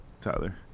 tyler